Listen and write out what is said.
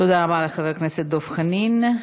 תודה רבה לחבר הכנסת דב חנין.